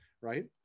right